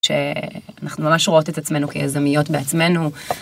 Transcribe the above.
שאנחנו ממש רואות את עצמנו כיזמיות בעצמנו.